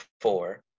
four